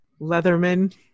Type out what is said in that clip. Leatherman